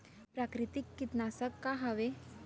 प्राकृतिक कीटनाशक का हवे?